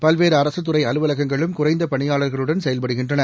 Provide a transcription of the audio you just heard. பல்வேறு அரசுத்துறை அலுவலகங்களும் குறைந்த பணியாளர்களுடன் செயல்படுகின்றன